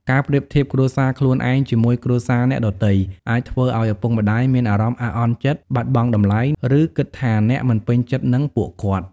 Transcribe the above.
ការប្រៀបធៀបគ្រួសារខ្លួនឯងជាមួយគ្រួសារអ្នកដទៃ អាចធ្វើឲ្យឪពុកម្ដាយមានអារម្មណ៍ អាក់អន់ចិត្ត បាត់បង់តម្លៃ ឬគិតថាអ្នកមិនពេញចិត្តនឹងពួកគាត់។